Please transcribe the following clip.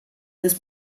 des